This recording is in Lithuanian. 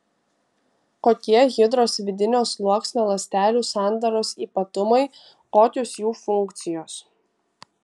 kokie hidros vidinio sluoksnio ląstelių sandaros ypatumai kokios jų funkcijos